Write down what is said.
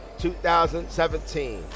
2017